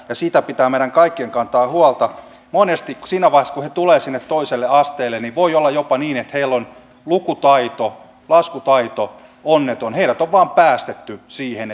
ja siitä pitää meidän kaikkien kantaa huolta monesti siinä vaiheessa kun he tulevat sinne toiselle asteelle voi olla jopa niin että heillä on onneton lukutaito laskutaito heidät on vain päästetty siihen